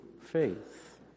faith